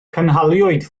cynhaliwyd